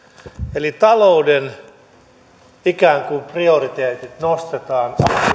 eli ikään kuin talouden prioriteetit nostetaan